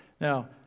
Now